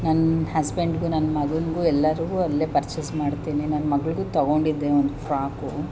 ನನ್ನ ಹಸ್ಬೆಂಡಿಗೂ ನನ್ನ ಮಗನಿಗೂ ಎಲ್ಲರಿಗೂ ಅಲ್ಲೇ ಪರ್ಚೇಸ್ ಮಾಡ್ತೇನೆ ನನ್ನ ಮಗಳಿಗೂ ತಗೊಂಡಿದ್ದೆ ಒಂದು ಫ್ರಾಕು